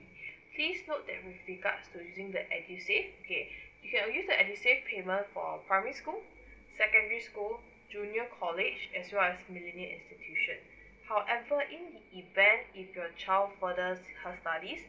please note that with regards to using the edusave okay you can only use this edusave payment for primary school secondary school junior college as well as millennia institution however in the event if your child further her studies